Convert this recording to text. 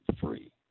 free